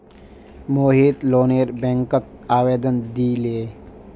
मोहित लोनेर बैंकत आवेदन दिले